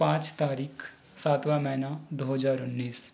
पाँच तारीख सातवा महीना दो हज़ार उन्न्नीस